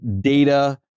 data